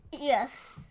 Yes